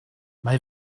mae